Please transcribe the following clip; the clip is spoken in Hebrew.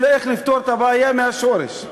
אלא איך לפתור את הבעיה מהשורש.